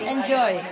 Enjoy